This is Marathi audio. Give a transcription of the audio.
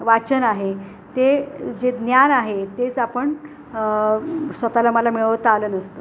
वाचन आहे ते जे ज्ञान आहे तेच आपण स्वतःला मला मिळवता आलं नसतं